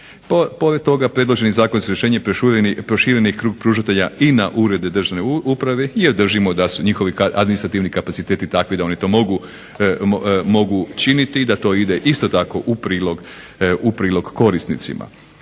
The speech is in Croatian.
Pored toga predloženo zakonsko rješenje prošireni krug pružatelja i na urede državne uprave, jer držimo da su njihovi administrativni kapaciteti takvi da oni to mogu činiti i da to ide isto tako u prilog korisnicima.